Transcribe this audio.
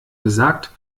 gesagt